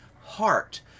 heart